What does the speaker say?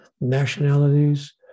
nationalities